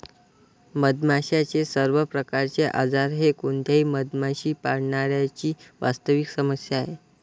मधमाशांचे सर्व प्रकारचे आजार हे कोणत्याही मधमाशी पाळणाऱ्या ची वास्तविक समस्या आहे